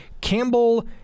Campbell